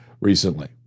recently